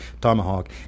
tomahawk